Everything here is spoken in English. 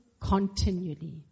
continually